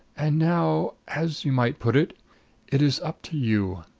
and now as you might put it it is up to you.